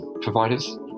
providers